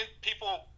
people